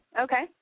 okay